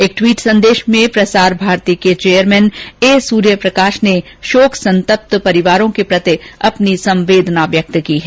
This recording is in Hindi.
एक ट्वीट संदेश में प्रसार भारती के चेयरमैन ए सूर्यप्रकाश ने शोक संतप्त परिवारों के प्रति अपनी संवेदना व्यक्त की है